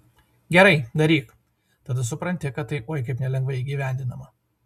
gerai daryk tada supranti kad tai oi kaip nelengvai įgyvendinama